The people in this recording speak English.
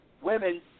women